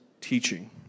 teaching